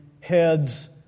heads